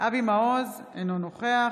אבי מעוז, אינו נוכח